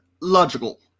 logical